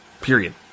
Period